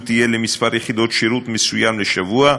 תהיה לכמה יחידות שירות מסוים לשבוע,